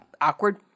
awkward